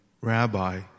Rabbi